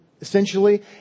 essentially